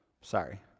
sorry